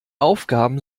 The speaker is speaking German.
aufgaben